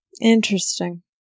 Interesting